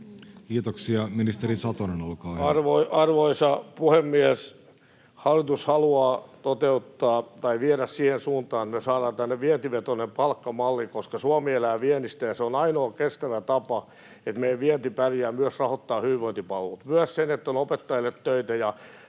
Kiitoksia. — Ministeri Satonen, olkaa hyvä. Arvoisa puhemies! Hallitus haluaa viedä siihen suuntaan, että me saadaan tänne vientivetoinen palkkamalli, koska Suomi elää viennistä ja se, että meidän vienti pärjää, on ainoa kestävä tapa myös rahoittaa hyvinvointipalvelut, myös se, että on opettajille ja